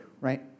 right